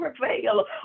prevail